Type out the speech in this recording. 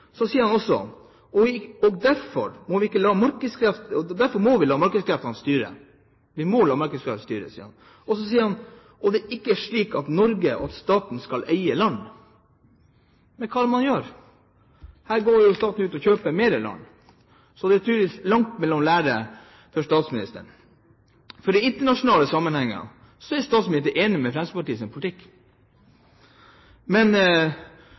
Så sier han også: Derfor må vi la markedskreftene styre. Og så sier han: Det er ikke slik i Norge at staten skal eie land. Men hva er det man gjør? Her går jo staten ut og kjøper mer land. Så det er tydeligvis langt mellom liv og lære for statsministeren. I internasjonale sammenhenger er statsministeren enig i Fremskrittspartiets politikk, men